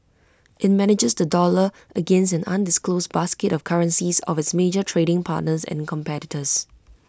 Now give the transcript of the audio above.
IT manages the dollar against an undisclosed basket of currencies of its major trading partners and competitors